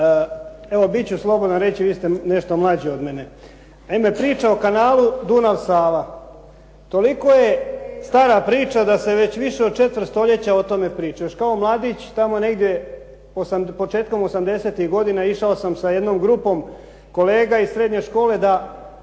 Evo bit ću slobodan vi ste nešto mlađi od mene. Naime, priča o kanalu Dunav-Sava, toliko je stara priča da se već više od četvrt stoljeća o tome priča. Još kao mladić tamo negdje početkom 80-ih godina išao sam sa jednom grupom kolega iz srednje škole da